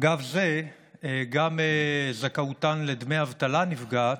אגב זה, גם זכאותן לדמי אבטלה נפגעת,